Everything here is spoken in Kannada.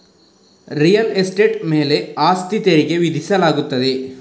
ರಿಯಲ್ ಎಸ್ಟೇಟ್ ಮೇಲೆ ಆಸ್ತಿ ತೆರಿಗೆ ವಿಧಿಸಲಾಗುತ್ತದೆ